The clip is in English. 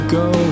go